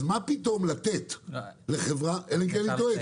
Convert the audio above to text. אז מה פתאום לתת לחברה אלא אם כן אני טועה,